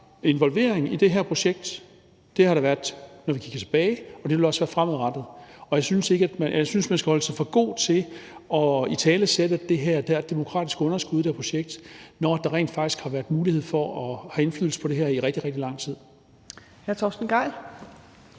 involvering i det her projekt. Det har der været, når vi kigger tilbage, og det vil der også være fremadrettet. Jeg synes, man skal holde sig for god til at italesætte det her, som om der er et demokratisk underskud i det her projekt, når der rent faktisk har været mulighed for at have indflydelse på det her i rigtig, rigtig lang tid.